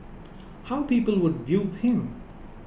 how people would view him